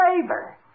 favor